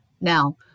Now